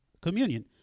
communion